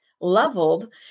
leveled